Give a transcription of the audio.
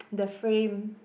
the frame